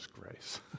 grace